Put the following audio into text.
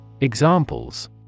Examples